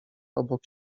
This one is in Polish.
obok